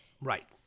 right